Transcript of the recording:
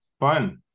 fun